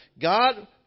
God